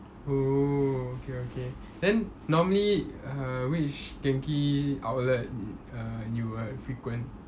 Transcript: oh okay okay then normally err which Genki outlet uh you will frequent